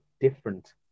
different